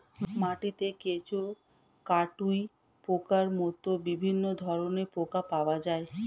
মাটিতে কেঁচো, কাটুই পোকার মতো বিভিন্ন ধরনের পোকা পাওয়া যায়